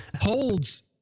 holds